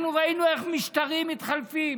אנחנו ראינו איך משטרים מתחלפים,